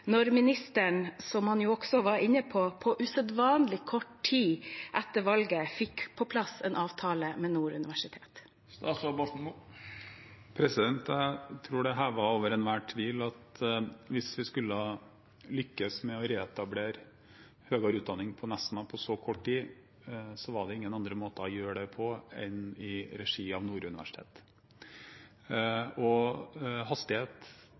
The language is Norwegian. ministeren – på usedvanlig kort tid etter valget, som han var inne på – fikk på plass en avtale med Nord universitet? Jeg tror det er hevet over enhver tvil at hvis vi skulle lykkes med å reetablere høyere utdanning på Nesna på så kort tid, var det ingen andre måter å gjøre det på enn i regi av Nord universitet. Hastighet